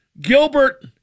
Gilbert